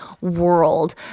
world